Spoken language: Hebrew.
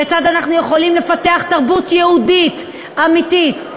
כיצד אנחנו יכולים לפתח תרבות יהודית אמיתית,